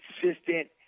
consistent